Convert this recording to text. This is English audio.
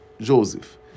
Joseph